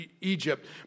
Egypt